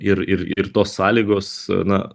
ir ir ir tos sąlygos na